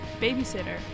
Babysitter